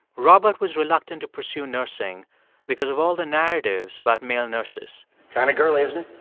robert was reluctant to pursue nursing because of all the narratives about male nurses kind of girly, isn't